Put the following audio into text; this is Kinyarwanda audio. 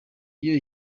iyo